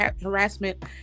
harassment